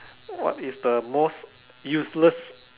what is the most useless